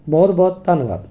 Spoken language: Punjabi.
ਬਹੁਤ ਬਹੁਤ ਧੰਨਵਾਦ